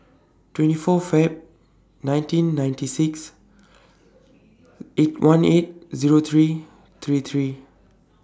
twenty four Feb nineteen ninety six eight one eight Zero three three three